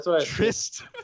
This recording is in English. Trist